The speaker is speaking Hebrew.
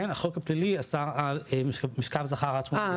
כן החוק הפלילי אסר על משכב זכר עד שנת 88'. אה,